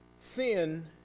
Sin